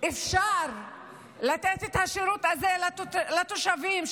אפשר לתת שירות לתושבים,